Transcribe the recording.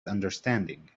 understanding